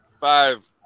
Five